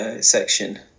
section